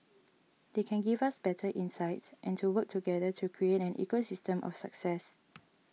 they can give us better insights and to work together to create an ecosystem of success